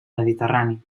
mediterrani